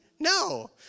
No